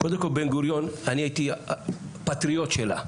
קודם כול, בן גוריון, אני הייתי הפטריות שלה.